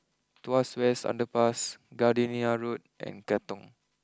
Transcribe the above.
Tuas West Underpass Gardenia Road and Katong